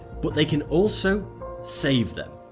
but they can also save them.